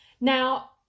now